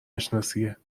نشناسیه